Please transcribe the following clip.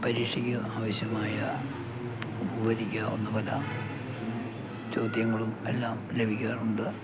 പരീക്ഷയ്ക്ക് ആവശ്യമായ ഉപകരിക്കാവുന്ന പല ചോദ്യങ്ങളുമെല്ലാം ലഭിക്കാറുണ്ട്